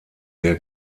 der